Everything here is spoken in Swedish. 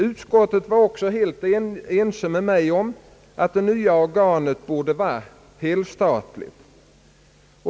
Utskottet var också helt ense med mig om att det nya organet borde vara helstatligt.